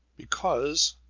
because